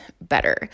better